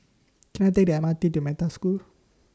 Can I Take The M R T to Metta School